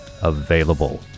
available